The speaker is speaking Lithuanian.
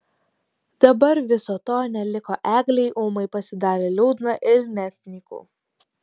dabar viso to neliko eglei ūmai pasidarė liūdna ir net nyku